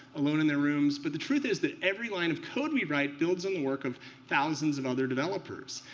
alone in their rooms. but the truth is that every line of code we write builds on the work of thousands of and other developers.